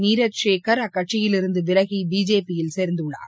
நீரஜ் ஷேகா் அக்கட்சியிலிருந்து விலகி பிஜேபியில் சேர்ந்துள்ளார்